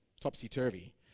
topsy-turvy